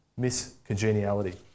miscongeniality